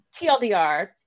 TLDR